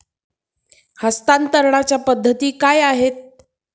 हस्तांतरणाच्या पद्धती काय आहेत?